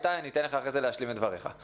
איתי, אתן לך להשלים את דבריך אחרי זה.